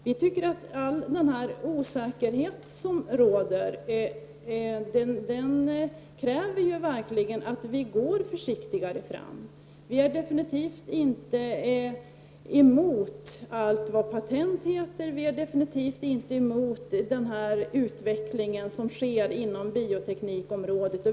Vi tycker att all den osäkerhet som råder verkligen kräver att vi går försiktigare fram. Vi är definitivt inte emot allt vad patent heter eller den utveckling som sker inom bioteknikområdet.